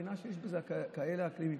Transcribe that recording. מדינה שיש בה כזה אקלים.